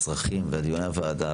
הצרכים ודיוני הוועדה,